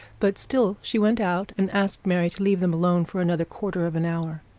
but still she went out, and asked mary to leave them alone for another quarter of an hour.